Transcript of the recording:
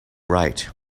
write